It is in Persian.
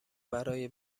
برای